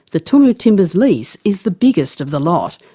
the tumu timbers lease is the biggest of the lot,